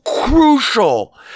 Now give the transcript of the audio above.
crucial